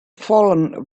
fallen